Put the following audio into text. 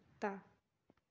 ਕੁੱਤਾ